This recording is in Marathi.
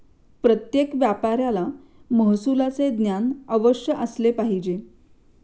प्रत्येक व्यापाऱ्याला महसुलाचे ज्ञान अवश्य असले पाहिजे